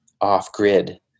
off-grid